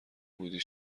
بودی